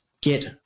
get